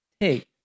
take